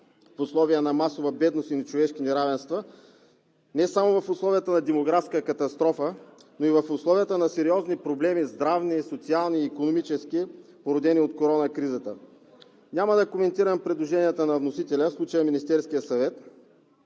в условия на масова бедност и нечовешки неравенства, не само в условията на демографска катастрофа, но и в условията на сериозни проблеми – здравни, социални, икономически, породени от коронакризата. Няма да коментирам предложенията на вносителя – в случая Министерският съвет.